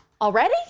Already